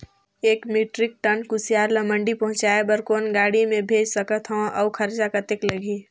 एक metric ton कुसियार ल मंडी पहुंचाय बर कौन गाड़ी मे भेज सकत हव अउ खरचा कतेक लगही?